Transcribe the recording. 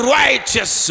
righteous